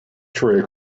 tray